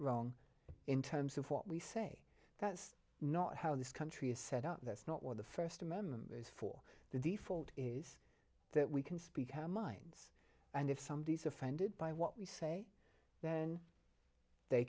wrong in terms of what we say that's not how this country is set up that's not what the first amendment is for the default is that we can speak our minds and if some of these are offended by what we say then they